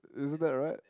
isn't that right